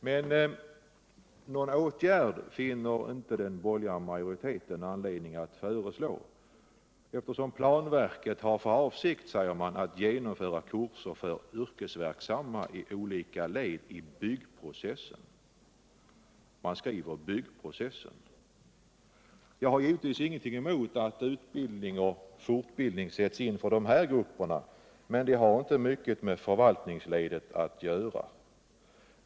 Men några åtgärder finner den borgerliga majoriteten inte anledning att föreslå. eftersom planverket, säger man, har för avsikt att genomföra kurser för yrkesverksamma i olika led av byggprocessen. Man skriver ”byggprocessen”. Jag har givetvis ingenting emot att utbildning och fortbildning sätts in för dessa grupper, men de har inte mycket med förvaltningsledet att göra.